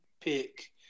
pick